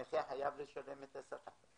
הנכה חייב לשלם את השכר,